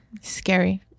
Scary